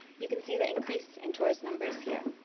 you can see the increase in tourist numbers here.